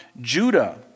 Judah